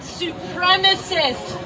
supremacist